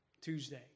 Tuesday